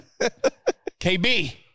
KB